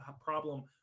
problem